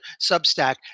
Substack